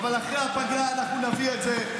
אבל אחרי הפגרה אנחנו נביא את זה.